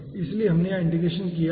इसलिए हमने यहां इंटीग्रेशन किया है